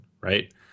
right